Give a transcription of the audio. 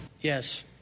yes